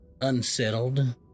unsettled